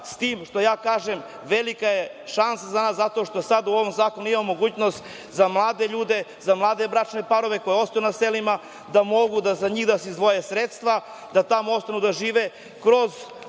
s tim što ja kažem, velika je šansa za nas zato što sada u ovom zakonu imamo mogućnost za mlade ljude, za mlade bračne parove koji ostaju na selima da mogu da za njih da se izdvoje sredstva, da tamo ostanu da žive kroz